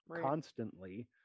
constantly